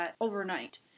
overnight